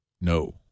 No